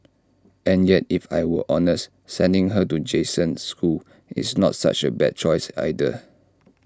and yet if I were honest sending her to Jason's school is not such A bad choice either